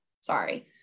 sorry